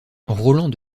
roland